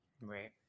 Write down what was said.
Right